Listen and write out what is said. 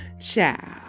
Ciao